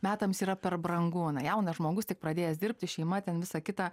metams yra per brangu na jaunas žmogus tik pradėjęs dirbti šeima ten visa kita